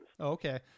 Okay